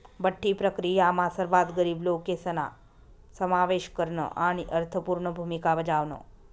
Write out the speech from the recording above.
बठ्ठी प्रक्रीयामा सर्वात गरीब लोकेसना समावेश करन आणि अर्थपूर्ण भूमिका बजावण